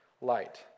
light